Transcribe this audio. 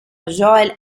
joel